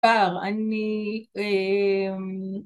אני